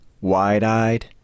wide-eyed